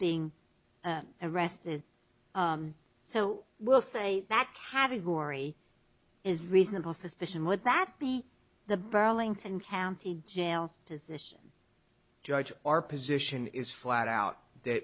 being arrested so we'll say that having who is reasonable suspicion would that be the burlington county jails position judge our position is flat out that